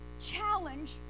challenge